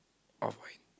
off white